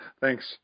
Thanks